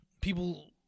people